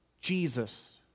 Jesus